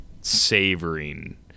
savoring